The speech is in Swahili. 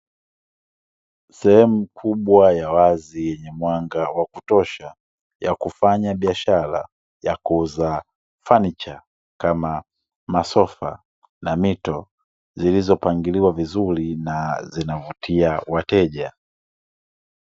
Sehemu kubwa ya wazi yenye mwanga wa kutosha ya kufanya biashara ya kuuza fanicha kama, masofa na mito zilizopangiliwa vizuri na zinavutia wateja.